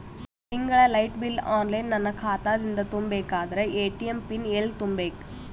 ತಿಂಗಳ light bill online ನನ್ನ ಖಾತಾ ದಿಂದ ತುಂಬಾ ಬೇಕಾದರ ಎ.ಟಿ.ಎಂ ಪಿನ್ ಎಲ್ಲಿ ತುಂಬೇಕ?